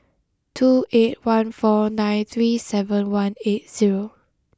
two eight one four nine three seven one eight zero